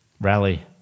Rally